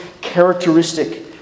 characteristic